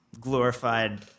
glorified